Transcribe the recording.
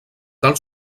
cal